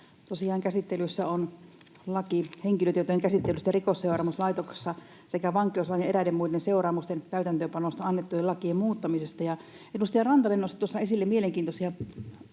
käsittelyssä on laki henkilötietojen käsittelystä Rikosseuraamuslaitoksessa sekä vankeuslain ja eräiden muiden seuraamusten täytäntöönpanosta annettujen lakien muuttamisesta. Edustaja Rantanen nosti tuossa esille mielenkiintoisia asioita,